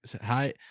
hi